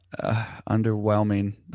underwhelming